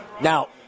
Now